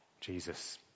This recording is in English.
Jesus